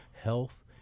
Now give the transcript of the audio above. health